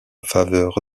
faveur